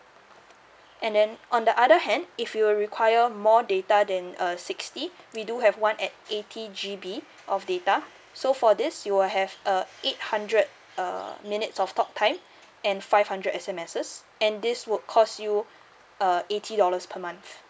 and then on the other hand if you require more data than uh sixty we do have one at eighty G_B of data so for this you will have a eight hundred uh minutes of talk time and five hundred S_M_S and this will cost you uh eighty dollars per month